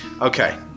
Okay